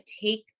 take